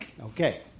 okay